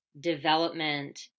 development